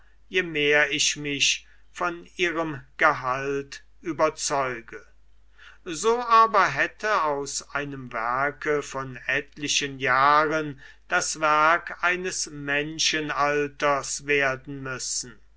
je mehr ich mich von ihrem gehalt überzeuge so aber hätte aus einem werke von etlichen jahren das werk eines menschenalters werden müssen